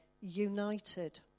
united